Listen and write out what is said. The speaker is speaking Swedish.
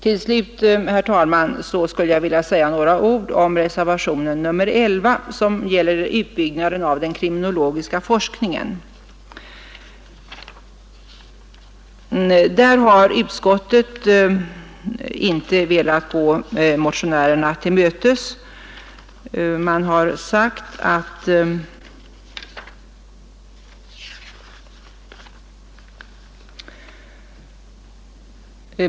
Till slut, herr talman, skulle jag vilja säga några ord om reservationen 11 som gäller utbyggnaden av den kriminologiska forskningen. Utskottet har inte velat gå motionärerna till mötes.